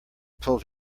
pulled